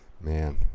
Man